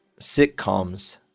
sitcoms